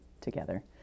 together